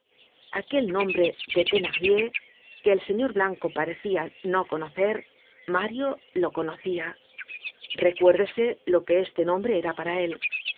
mario aquel nombre de thenardier que el señor blanco parecia no conocer mario lo conocia recuérdese lo que este nombre era para él